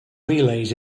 relays